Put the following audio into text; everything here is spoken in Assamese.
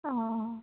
অঁ অঁ